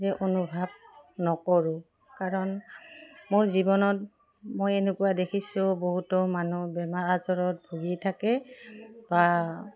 যে অনুভৱ নকৰোঁ কাৰণ মোৰ জীৱনত মই এনেকুৱা দেখিছোঁ বহুতো মানুহ বেমাৰ আজাৰত ভুগি থাকে বা